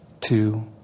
two